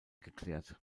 geklärt